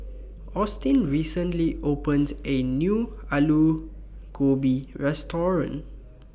Austin recently opened A New Alu Gobi Restaurant